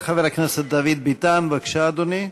חבר הכנסת דוד ביטן, בבקשה, אדוני.